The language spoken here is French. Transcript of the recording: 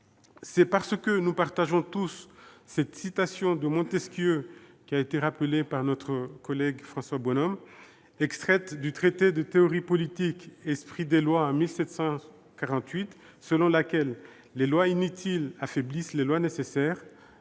C'est parce que nous partageons tous cette citation de Montesquieu, rappelée par François Bonhomme et extraite du traité de théorie politique, publié en 1748, selon laquelle « les lois inutiles affaiblissent les lois nécessaires »,